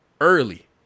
early